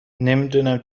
نمیدونم